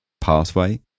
pathway